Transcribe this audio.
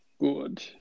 good